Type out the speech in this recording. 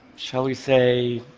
shall we say,